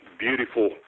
beautiful